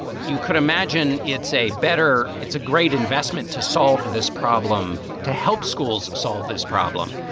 you could imagine it's a better it's a great investment to solve this problem, to help schools solve this problem.